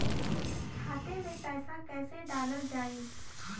खाते मे पैसा कैसे डालल जाई?